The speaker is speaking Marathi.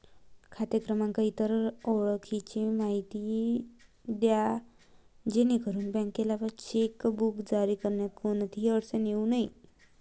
खाते क्रमांक, इतर ओळखीची माहिती द्या जेणेकरून बँकेला चेकबुक जारी करण्यात कोणतीही अडचण येऊ नये